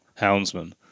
houndsman